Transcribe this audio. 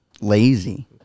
Lazy